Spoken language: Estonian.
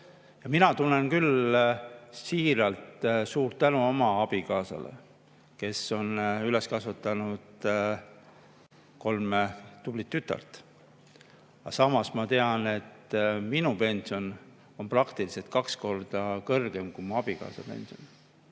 ma tahan] siiralt suure tänu [öelda] oma abikaasale, kes on üles kasvatanud kolm tublit tütart. Aga samas ma tean, et minu pension on praktiliselt kaks korda kõrgem kui mu abikaasa pension.